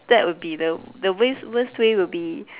that would be the the ways worst will be